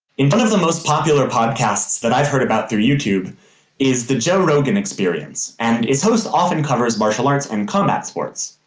one of the most popular podcasts that i've heard about on through youtube is the joe rogan experience, and its host often covers martial arts and combat sports.